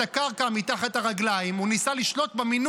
אז מה אומרים